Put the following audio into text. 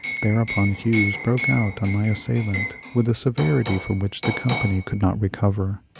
thereupon hughes broke out on my assailant with a severity from which the company could not recover.